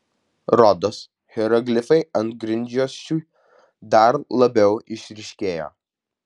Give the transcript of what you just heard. rodos hieroglifai ant grindjuosčių dar labiau išryškėjo